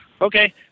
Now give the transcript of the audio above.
Okay